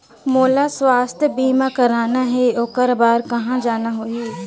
मोला स्वास्थ बीमा कराना हे ओकर बार कहा जाना होही?